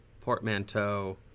portmanteau